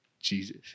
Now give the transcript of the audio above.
Jesus